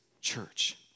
church